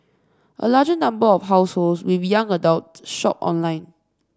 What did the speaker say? a larger number of households with young adults shopped online